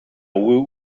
woot